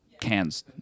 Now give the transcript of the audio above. cans